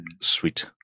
sweet